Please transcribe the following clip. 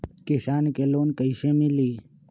किसान के लोन कैसे मिली?